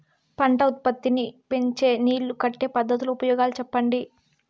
పంట ఉత్పత్తి నీ పెంచే నీళ్లు కట్టే పద్ధతుల ఉపయోగాలు చెప్పండి?